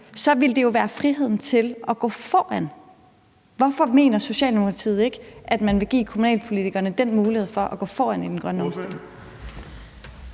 Det ville jo være friheden til at gå foran. Hvorfor mener Socialdemokratiet ikke, at man vil give kommunalpolitikerne den mulighed for at gå foran i den grønne omstilling?